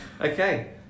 okay